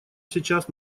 сейчас